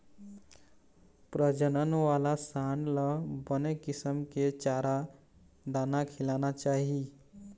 प्रजनन वाला सांड ल बने किसम के चारा, दाना खिलाना चाही